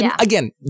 again